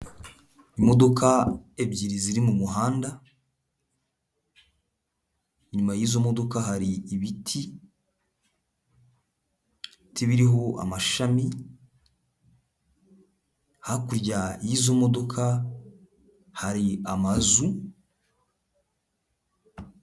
Imodoka ebyiri ziri mumuhanda inyuma y'izo modoka hari ibiti, ibiti biriho amashami hakurya y'izo modoka hari amazu.